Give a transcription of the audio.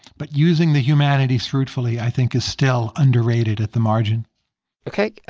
but using the humanities fruitfully, i think, is still underrated at the margin ok.